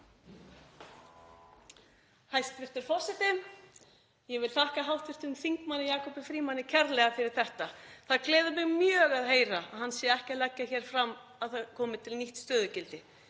Hæstv. forseti. Ég vil þakka hv. þm. Jakobi Frímanni kærlega fyrir þetta. Það gleður mig mjög að heyra að hann sé ekki að leggja hér til að það komi til nýtt stöðugildi